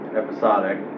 episodic